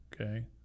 okay